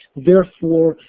therefore,